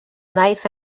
knife